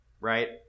right